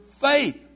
faith